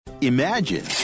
Imagine